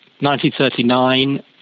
1939